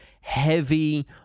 heavy